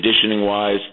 conditioning-wise